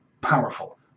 powerful